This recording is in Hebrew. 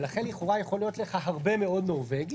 ולכן לכאורה יכול להיות לך הרבה מאוד "נורבגי",